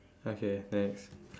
okay next